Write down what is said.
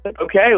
okay